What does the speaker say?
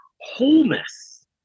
wholeness